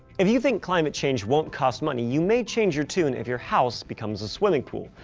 if you think climate change won't cost money you may change your tune if your house becomes a swimming pool.